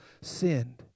sinned